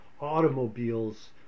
automobiles